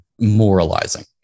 moralizing